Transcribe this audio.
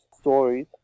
stories